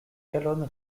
calonne